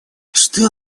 что